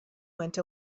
went